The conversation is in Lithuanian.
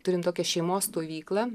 turim tokią šeimos stovyklą